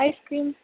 icecream